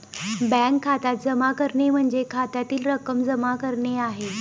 bank खात्यात जमा करणे म्हणजे खात्यातील रक्कम जमा करणे आहे